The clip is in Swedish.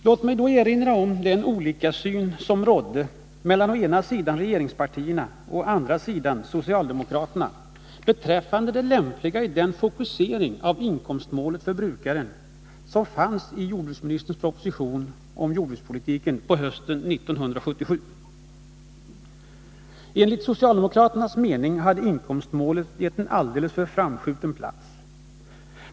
Låt mig då erinra om den olika syn som å ena sidan regeringspartierna och å andra sidan socialdemokraterna hade beträffande det lämpliga i den fokusering av inkomstmålet för brukaren som fanns i jordbruksministerns proposition om jordbrukspolitiken hösten 1977. för framskjuten plats.